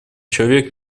человек